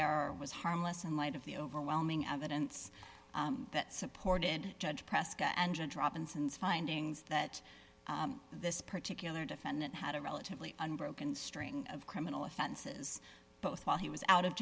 error was harmless in light of the overwhelming evidence that supported judge press the engine drop ins ins findings that this particular defendant had a relatively unbroken string of criminal offenses both while he was out of